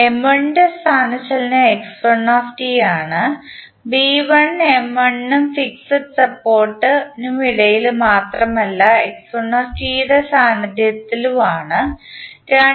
M1 ൻറെ സ്ഥാനചലനം x1 ആണ് B1 M1 നും ഫിക്സഡ് സപ്പോർട്ട് നും ഇടയിലും മാത്രമല്ല അത് ൻറെ സാന്നിധ്യത്തിലും ആണ്